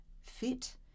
fit